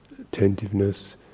attentiveness